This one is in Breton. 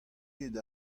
ket